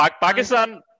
Pakistan